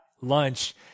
lunch